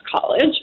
college